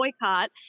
boycott